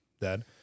Dad